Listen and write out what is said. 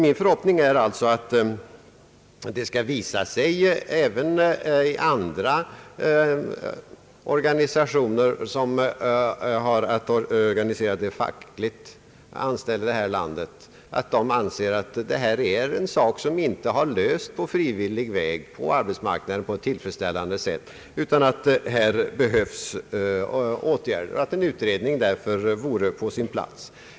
Min förhoppning är alltså att det skall visa sig att även andra organisationer, som har att organisera de fackligt anställda här i landet, anser att detta är ett problem som inte på tillfredsställande sätt har lösts på frivillig väg på arbetsmarknaden utan att åtgärder behövs och att en utredning därför vore på sin plats.